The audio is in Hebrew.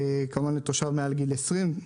כמובן לתושב מעל גיל 20,